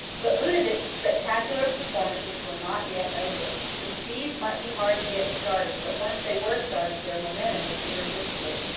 but ludovic's spectacular performances were not yet over. the speeds might be hard to get started, but once they were started their momentum was irresistible.